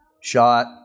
shot